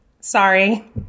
Sorry